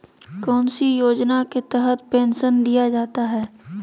कौन सी योजना के तहत पेंसन दिया जाता है?